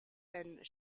and